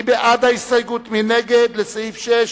מי בעד ההסתייגות, מי נגד, לסעיף 6?